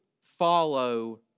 follow